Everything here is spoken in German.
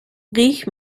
riech